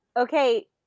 Okay